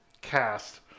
cast